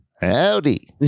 howdy